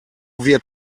wird